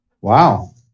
wow